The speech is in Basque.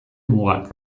mugak